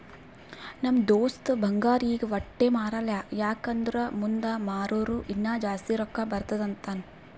ನಮ್ ದೋಸ್ತ ಬಂಗಾರ್ ಈಗ ವಟ್ಟೆ ಮಾರಲ್ಲ ಯಾಕ್ ಅಂದುರ್ ಮುಂದ್ ಮಾರೂರ ಇನ್ನಾ ಜಾಸ್ತಿ ರೊಕ್ಕಾ ಬರ್ತುದ್ ಅಂತಾನ್